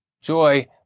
Joy